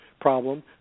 problem